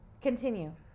Continue